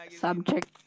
subject